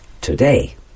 today